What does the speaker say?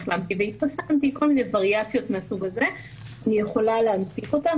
והתחסנתי בכל מיני וריאציות מהסוג הזה אני יכולה להנפיק אותה,